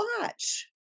watch